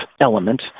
element